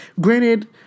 granted